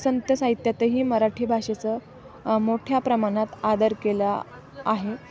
संत साहित्यातही मराठी भाषेचं मोठ्या प्रमाणात आदर केला आहे